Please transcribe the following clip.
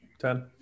Ten